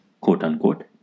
quote-unquote